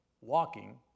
walking